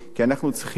כי אנחנו צריכים,